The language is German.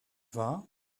wahr